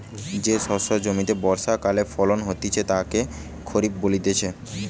যে শস্য জমিতে বর্ষাকালে ফলন হতিছে তাকে খরিফ বলতিছে